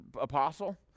apostle